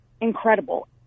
incredible